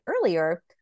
earlier